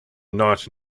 knight